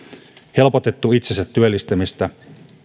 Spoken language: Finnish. helpotettu itsensä työllistämistä